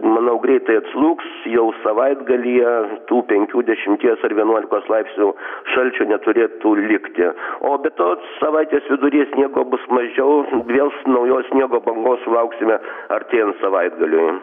manau greitai atslūgs jau savaitgalyje tų penkių dešimties ar vienuolikos laipsnių šalčio neturėtų likti o be to savaitės vidury sniego bus mažiau vėl s naujos sniego bangos sulauksime artėjant savaitgaliui